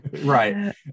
Right